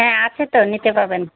হ্যাঁ আছে তো নিতে পাবেন